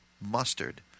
mustard